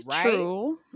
true